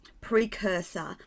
precursor